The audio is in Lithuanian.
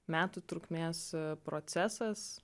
metų trukmės procesas